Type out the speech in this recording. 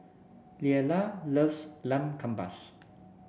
Leala loves Lamb Kebabs